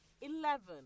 eleven